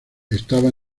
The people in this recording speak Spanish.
estaba